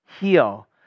Heal